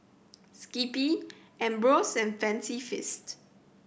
Skippy Ambros and Fancy Feast